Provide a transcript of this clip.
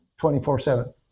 24-7